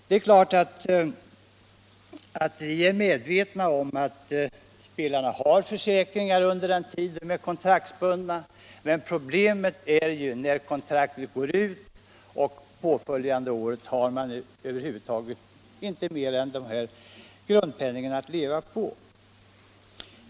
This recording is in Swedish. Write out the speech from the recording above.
Det är klart att vi motionärer är medvetna om att spelarna har försäkringar under den tid de är kontraktsbundna, men problemet är ju att när kontraktet går ut följande år har de över huvud taget inte mer än den här grundpenningen att leva på.